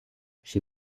she